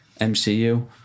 MCU